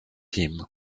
him